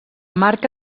marca